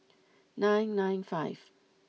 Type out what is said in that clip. nine nine five